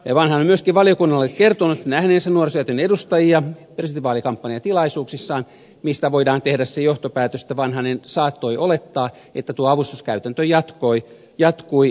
vanhanen on myöskin valiokunnalle kertonut nähneensä nuorisosäätiön edustajia presidentinvaalikampanjatilaisuuksissaan mistä voidaan tehdä se johtopäätös että vanhanen saattoi olettaa että tuo avustuskäytäntö jatkui